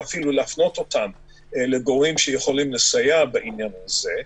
ואפילו להפנות אותם לגורמים שיכולים לסייע בעניין הזה.